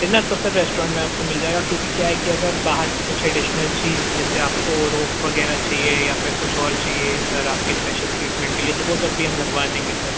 dinner तो sir restaurant में आपको मिल जाएगा क्योंकि कि क्या है कि अगर बाहर से कुछ एडिशनल चीज़ जैसे आपको रोप वगैरह चहिए या फिर कुछ और चाहिए सर आपके इस्पेशल ट्रीटमेंट के लिए तो वो सब भी हम लगवा देंगे सर